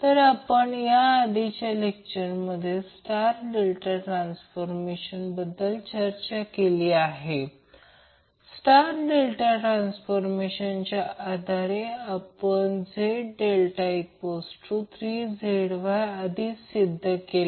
तर आपण याआधीच्या लेक्चरमध्ये स्टार डेल्टा ट्रान्सफॉर्मेशन बाबत चर्चा केली स्टार डेल्टा ट्रान्सफॉर्मेशनच्या आधारे आपण Z∆3ZYआधीच सिद्ध केले